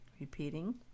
Repeating